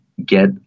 get